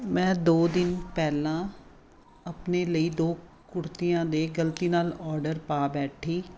ਮੈਂ ਦੋ ਦਿਨ ਪਹਿਲਾਂ ਆਪਣੇ ਲਈ ਦੋ ਕੁੜਤੀਆਂ ਦੇ ਗਲਤੀ ਨਾਲ ਓਰਡਰ ਪਾ ਬੈਠੀ